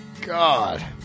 god